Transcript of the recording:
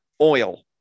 oil